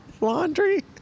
Laundry